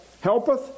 helpeth